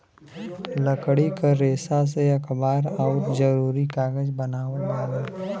लकड़ी क रेसा से अखबार आउर जरूरी कागज बनावल जाला